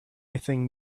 anything